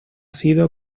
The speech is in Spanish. sido